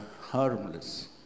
harmless